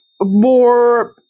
more